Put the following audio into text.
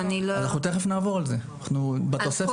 אנחנו תכף נעבור על זה, בתוספת השנייה.